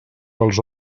pels